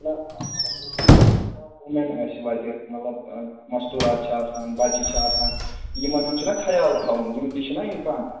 نہَ مَسلہٕ چھُنہٕ حظ اگر کانٛہہ ووٗمٮ۪ن آسہِ وَتہِ مطلب مَستوٗرات چھِ آسان بَچہِ چھِ آسان یِمَن ہُنٛد چھُنا خیال تھاوُن یِم تہِ چھِنا اِنسان